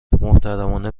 محترمانه